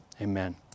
Amen